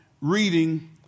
reading